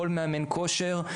כל מאמן כושר,